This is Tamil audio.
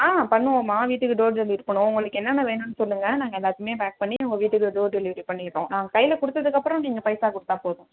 ஆ பண்ணுவோம்மா வீட்டுக்கு டோர் டெலிவரி பண்ணுவோம் உங்களுக்கு என்னென்ன வேணும்னு சொல்லுங்க நாங்கள் எல்லாத்தையுமே பேக் பண்ணி உங்கள் வீட்டுக்கு வந்து டோர் டெலிவரி பண்ணிடுறோம் நாங்கள் கையில் கொாடுத்ததுக்கு அப்புறம் நீங்கள் பைசா கொடுத்தா போதும்